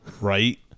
Right